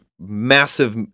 massive